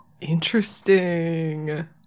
interesting